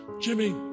jimmy